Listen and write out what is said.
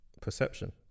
perception